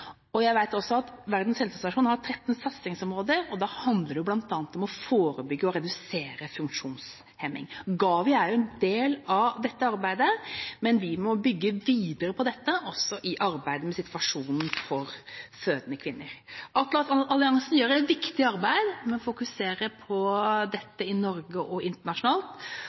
Jeg vet også at Verdens helseorganisasjon har 13 satsingsområder, og det handler bl.a. om å forebygge og redusere funksjonshemning. GAVI er en del av dette arbeidet, men vi må bygge videre på dette også i arbeidet med situasjonen for fødende kvinner. Atlas-alliansen gjør et viktig arbeid ved å fokusere på dette i Norge og internasjonalt.